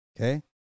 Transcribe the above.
Okay